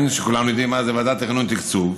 שכולנו יודעים מה זה ות"ת: תכנון ותקצוב,